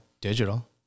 digital